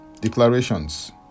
Declarations